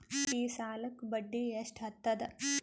ಈ ಸಾಲಕ್ಕ ಬಡ್ಡಿ ಎಷ್ಟ ಹತ್ತದ?